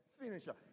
finisher